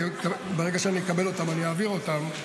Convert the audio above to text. וברגע שאקבל אותם אעביר אותם.